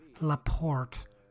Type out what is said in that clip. Laporte